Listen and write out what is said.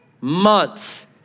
months